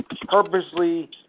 purposely